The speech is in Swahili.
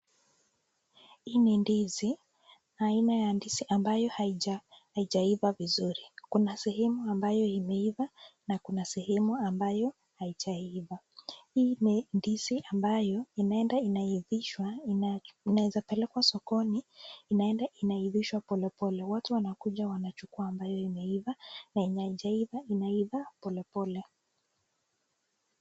Hii ni ndizi. Aina ya ndizi ambayo haijaiva vizuri. Kuna sehemu ambayo imeiva na kuna sehemu ambayo haijaiva. Hii ni ndizi ambayo inaenda inaivishwa inaweza pelekwa sokoni inaenda inaivishwa polepole. Watu wanakuja wanachukua ambayo imeiva na yenye haijaiva inaiva polepole.